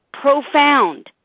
profound